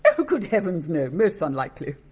oh good heavens no, most unlikely!